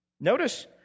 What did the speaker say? Notice